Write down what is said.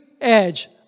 edge